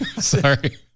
Sorry